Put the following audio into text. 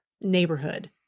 neighborhood